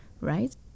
right